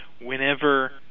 whenever